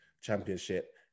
Championship